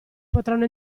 potranno